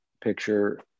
picture